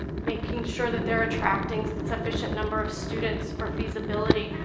making sure that they're attracting sufficient number of students for feasibility,